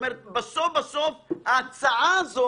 בסוף בסוף ההצעה הזאת